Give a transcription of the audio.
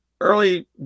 Early